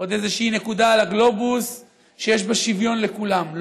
עוד איזושהי נקודה על הגלובוס שיש בה שוויון לכולם.